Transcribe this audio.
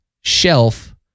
shelf